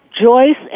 Joyce